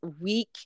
week